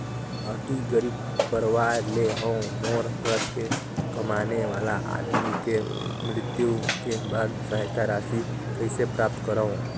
अति गरीब परवार ले हवं मोर घर के कमाने वाला आदमी के मृत्यु के बाद सहायता राशि कइसे प्राप्त करव?